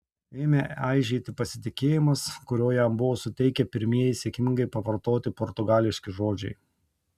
ėmė aižėti pasitikėjimas kurio jam buvo suteikę pirmieji sėkmingai pavartoti portugališki žodžiai